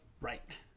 right